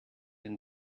and